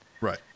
Right